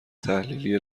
تحلیلی